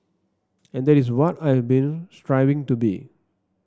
and that is what I have been striving to be